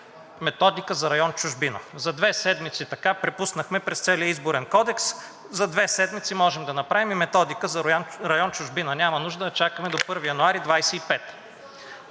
методика за район „Чужбина“. За две седмици така препускахме през Изборния кодекс и за две седмици можем да направим методика за район „Чужбина“. Няма нужда да чакаме до 1 януари 2025